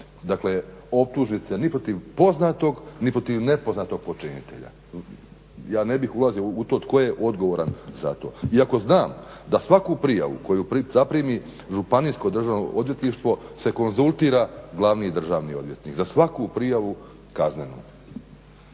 dakle optužnice ni protiv poznatog, ni protiv nepoznatog počinitelja. Ja ne bih ulazio u to tko je odgovoran za to, iako znam da svaku prijavu koju zaprimi Županijsko državno odvjetništvo se konzultira glavni državni odvjetnik, za svaku prijavu kaznenu.